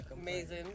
amazing